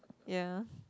ya